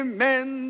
Amen